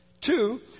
Two